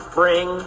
Spring